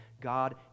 God